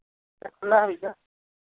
सुना है भैया